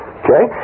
okay